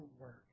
work